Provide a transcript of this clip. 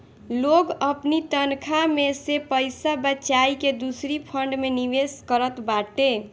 लोग अपनी तनखा में से पईसा बचाई के दूसरी फंड में निवेश करत बाटे